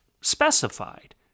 specified